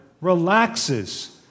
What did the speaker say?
relaxes